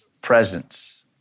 presence